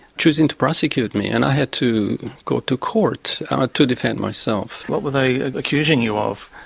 choosing to prosecute me and i had to go to court to defend myself. what were they accusing you of?